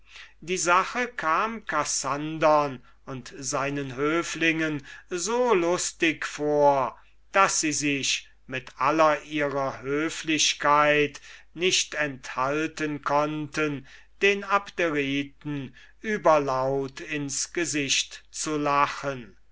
die sache kam kassandern und seinen höflingen so lustig vor daß sie sich mit aller ihrer höflichkeit nicht enthalten konnten den abderiten überlaut ins gesicht zu lachen